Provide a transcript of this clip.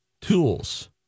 tools